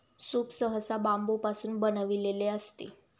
soup सहसा बांबूपासून बनविलेले असते